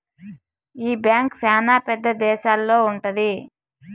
ఈ బ్యాంక్ శ్యానా పెద్ద దేశాల్లో ఉంటది